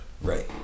Right